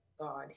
God